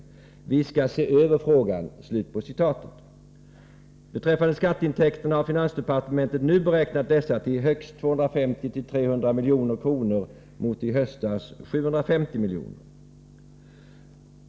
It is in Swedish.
Vi skall se över frågan.” Vad angår skatteintäkterna har finansdepartementet nu beräknat dessa till högst 250-300 milj.kr. mot i höstas 750 miljoner.